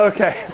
Okay